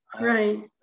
Right